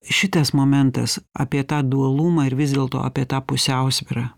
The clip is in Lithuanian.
šitas momentas apie tą dualumą ir vis dėlto apie tą pusiausvyrą